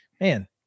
Man